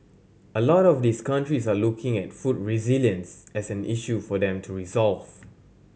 a lot of these countries are looking at food resilience as an issue for them to resolve